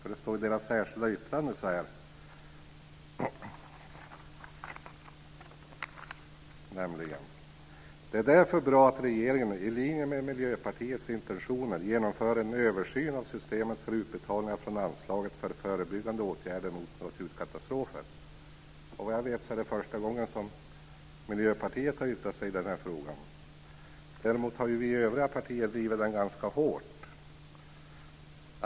I Miljöpartiets särskilda yttrande står följande: "Det är därför bra att regeringen, i linje med Miljöpartiets intentioner, genomför en översyn av systemet för utbetalningar från anslaget för förebyggande åtgärder mot naturkatastrofer." Vad jag vet är det första gången som Miljöpartiet har yttrat sig i frågan. Däremot har vi i övriga partier drivit frågan hårt.